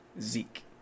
Zeke